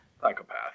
psychopath